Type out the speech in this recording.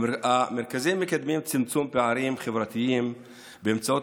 המרכזים מקדמים צמצום פערים חברתיים באמצעות